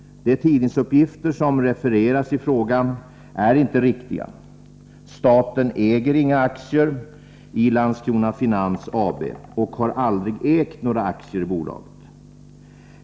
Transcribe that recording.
De tidningsuppgifter som refereras i frågan är inte riktiga. Staten äger inga aktier i Landskrona Finans AB och har aldrig ägt några aktier i bolaget.